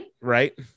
Right